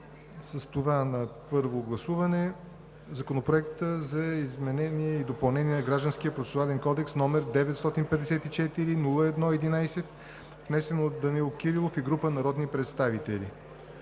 с това и на първо гласуване Законопроект за изменение и допълнение на Гражданския процесуален кодекс, № 954-01-11, внесен от Данаил Кирилов и група народни представители.